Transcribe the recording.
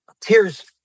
tears